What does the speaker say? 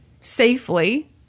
safely